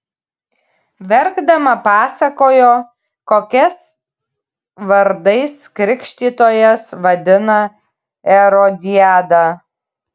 verkdama pasakojo kokias vardais krikštytojas vadina erodiadą